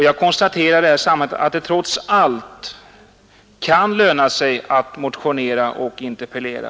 Jag konstaterar därför att det, trots allt, kan löna sig att motionera och interpellera.